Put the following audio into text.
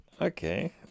Okay